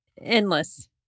endless